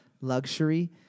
Luxury